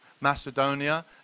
Macedonia